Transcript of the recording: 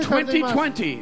2020